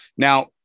Now